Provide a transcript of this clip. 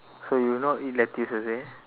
so you would not eat lettuce you say